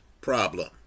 problem